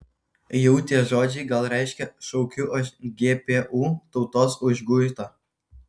jau tie žodžiai gal reiškia šaukiu aš gpu tautos užguitą